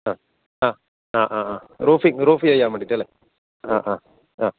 ആ ആ ആ ആ ആ റൂഫിങ് റൂഫ് ചെയ്യാൻ വേണ്ടിയിട്ടല്ലേ ആ ആ ആ